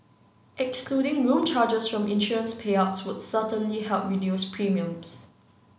excluding room charges from insurance payouts would certainly help reduce premiums